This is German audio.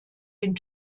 den